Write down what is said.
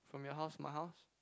from your house my house